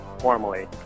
formally